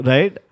Right